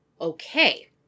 Okay